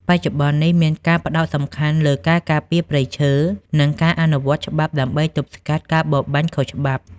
បច្ចុប្បន្ននេះ មានការផ្តោតសំខាន់លើការការពារព្រៃឈើ និងការអនុវត្តច្បាប់ដើម្បីទប់ស្កាត់ការបរបាញ់ខុសច្បាប់។